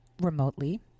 remotely